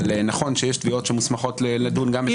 אבל נכון שיש תביעות שמוסמכות לדון גם בסחיטה ואיומים.